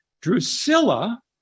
Drusilla